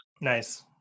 Nice